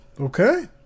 okay